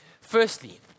Firstly